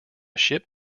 ship